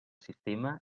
sistema